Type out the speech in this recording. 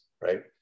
right